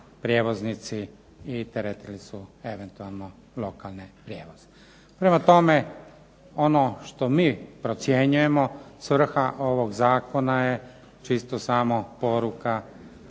prijevoznici i teretili su eventualno lokalne prijevoznike. Prema tome, ono što mi procjenjujemo svrha ovog zakona je čisto samo poruka